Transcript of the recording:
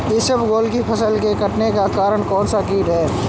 इसबगोल की फसल के कटने का कारण कौनसा कीट है?